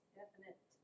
definite